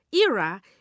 era